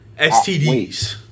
STDs